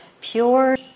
Pure